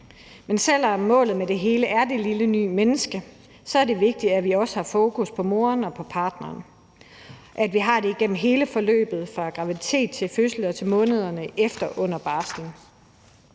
Men selv om målet med det hele er det lille nye menneske, er det vigtigt, at vi også har fokus på moren og på partneren, og at vi har det igennem hele forløbet fra graviditet til fødsel og i månederne efter, under barslen.